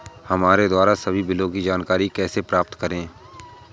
हमारे द्वारा सभी बिलों की जानकारी कैसे प्राप्त करें?